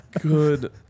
good